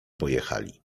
pojechali